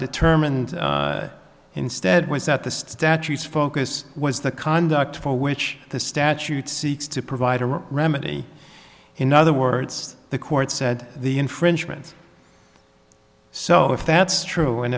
determined instead was that the statutes focus was the conduct for which the statute seeks to provide a remedy in other words the court said the infringement so if that's true and